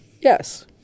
yes